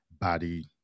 body